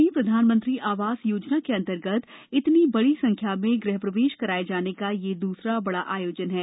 प्रदेश में प्रधानमंत्री आवास योजनांतर्गत इतनी बडी संख्या में गृह प्रवेश कराये जाने का यह द्रसरा बड़ा आयोजन है